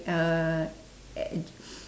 uh at